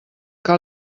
que